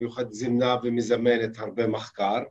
‫מיוחד זמנה ומזמנת הרבה מחקר.